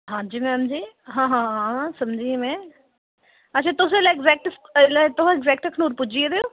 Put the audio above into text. हांजी मैम जी हां हां हां हां समझी में अच्छा तुस इसलै ऐक्जैक्ट इसलै तुस ऐक्जैक्ट अखनूर पुज्जी गेदे ओ